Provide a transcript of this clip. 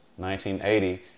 1980